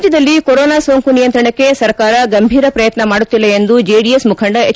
ರಾಜ್ಲದಲ್ಲಿ ಕೊರೊನಾ ಸೋಂಕು ನಿಯಂತ್ರಣಕ್ಕೆ ಸರ್ಕಾರ ಗಂಭೀರ ಪ್ರಯತ್ನ ಮಾಡುತ್ತಿಲ್ಲ ಎಂದು ಜೆಡಿಎಸ್ ಮುಖಂಡ ಎಚ್